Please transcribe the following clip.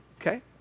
Okay